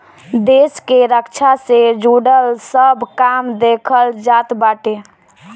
देस के रक्षा से जुड़ल सब काम देखल जात बाटे